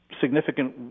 significant